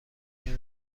این